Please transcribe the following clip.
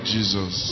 Jesus